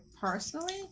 personally